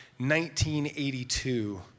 1982